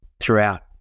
throughout